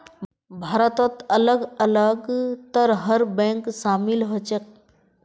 भारतत अलग अलग तरहर बैंक शामिल ह छेक